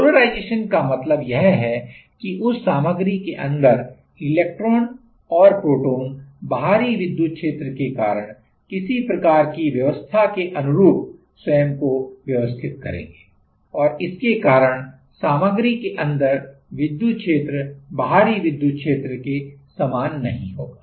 polarisation का मतलब यह है कि उस सामग्री के अंदर इलेक्ट्रॉन और प्रोटॉन बाहरी विद्युत क्षेत्र के कारण किसी प्रकार की व्यवस्था के अनुरूप स्वयं को व्यवस्थित करेंगे और इसके कारण सामग्री के अंदर विद्युत क्षेत्र बाहरी विद्युत क्षेत्र के समान नहीं होगा